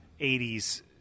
80s